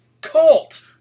cult